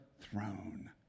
throne